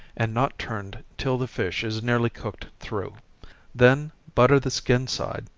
and not turned till the fish is nearly cooked through then butter the skin side,